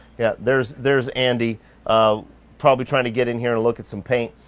yeah, there's there's andy um probably trying to get in here and look at some paint.